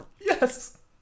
Yes